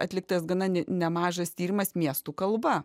atliktas gana nemažas tyrimas miestų kalba